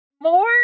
more